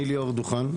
אני ליאור דוכן,